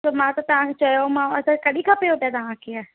त मां त तव्हांजे चयोमाव त कॾहिं खपेव त तव्हांखे